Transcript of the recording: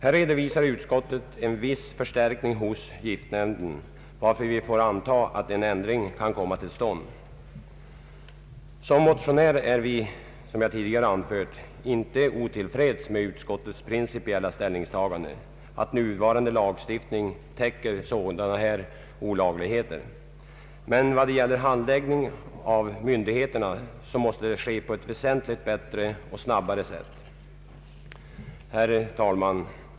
Nu redovisar utskottet en viss personalförstärkning hos giftnämnden, och vi får anta att en ändring kan komma till stånd. Som motionärer är vi, såsom jag tidigare anfört, inte otillfredsställda med utskottets principiella ställningstagande, att nuvarande lagstiftning täcker sådana här olagligheter. Men myndigheternas handläggning måste bli väsentligt bättre och snabbare. Herr talman!